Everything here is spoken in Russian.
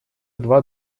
два